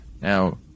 Now